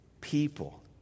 people